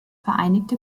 vereinigte